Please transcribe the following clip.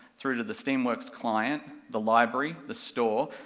through to the steamworks client, the library, the store,